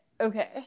Okay